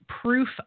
proof